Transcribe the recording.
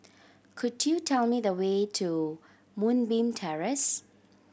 could you tell me the way to Moonbeam Terrace